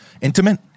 Intimate